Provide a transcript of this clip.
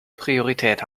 priorität